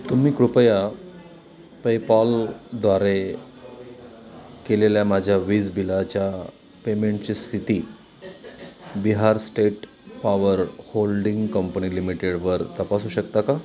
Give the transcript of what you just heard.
तुम्ही कृपया पेपॉलद्वारे केलेल्या माझ्या वीज बिलाच्या पेमेंटची स्थिती Bihar state power holding company लिमिटेडवर तपासू शकता का